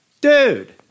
dude